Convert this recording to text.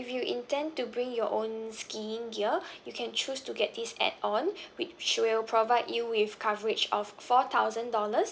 if you intend to bring your own skiing gear you can choose to get this add on which will provide you with coverage of four thousand dollars